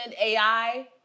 AI